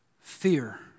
Fear